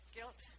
Guilt